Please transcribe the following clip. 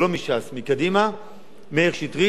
מאיר שטרית טוען שצריך לבטל לגמרי את חוק השבות.